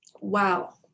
Wow